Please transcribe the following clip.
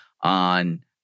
on